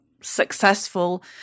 successful